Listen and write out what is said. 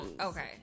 Okay